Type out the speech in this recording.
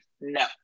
no